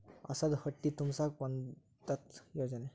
ಹಸಿದ ಹೊಟ್ಟೆ ತುಂಬಸಾಕ ಬಂದತ್ತ ಯೋಜನೆ